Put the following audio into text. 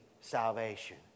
salvation